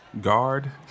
Guard